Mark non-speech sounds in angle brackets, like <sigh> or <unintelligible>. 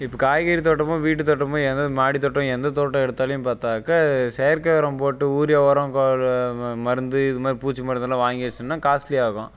இப்போ காய்கறி தோட்டம் வீட்டு தோட்டம் <unintelligible> மாடி தோட்டம் எந்த தோட்டம் எடுத்தாலும் பார்த்தாக்கா செயற்கை உரம் போட்டு யூரியா உரம் <unintelligible> மருந்து இது மாதிரி பூச்சி மருந்து எல்லாம் வாங்கி வச்சோம்னா காஸ்ட்லி ஆகும்